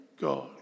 God